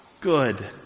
good